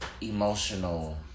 emotional